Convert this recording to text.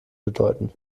bedeuten